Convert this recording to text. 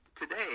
today